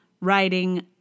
writing